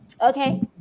Okay